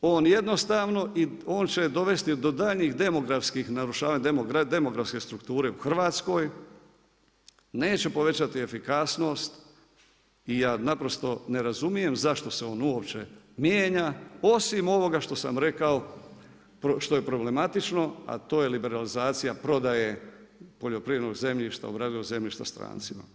On jednostavno i on će dovesti do danjih demografskih narušavanja, demografske strukture u Hrvatskoj, neće povećati efikasnost i ja naprosto ne razumijem zašto se on uopće mijenja, osim ovoga što sam rekao, što je problematično, a to je liberalizacija prodaje poljoprivrednog zemljišta, obradivog zemljišta strancima.